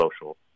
social